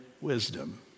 wisdom